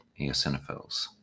eosinophils